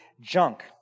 junk